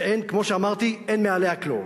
שכמו שאמרתי אין מעליו כלום.